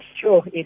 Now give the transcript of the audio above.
sure